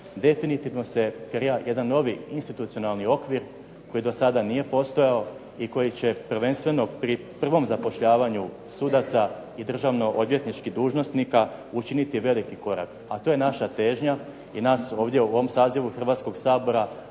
se ne razumije./... jedan novi institucionalni okvir koji do sada nije postojao i koji će prvenstveno pri prvom zapošljavanju sudaca i državno odvjetničkih dužnosnika učiniti veliki korak. A to je naša težnja i nas ovdje u ovom sazivu Hrvatskoga sabora